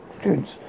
students